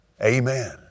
Amen